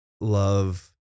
love